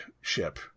ship